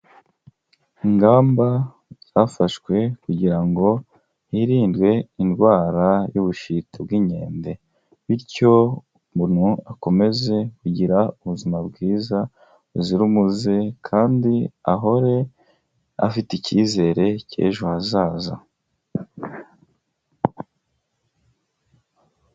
Ingamba zafashwe kugira ngo hirindwe indwara y'Ubushita bw'inkende bityo umuntu akomeze kugira ubuzima bwiza buzira umuze kandi ahore afite icyizere cy'ejo hazaza.